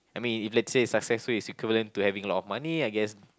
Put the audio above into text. I mean if let's say successful is equivalent to having a lot of money I guess